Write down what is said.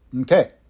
Okay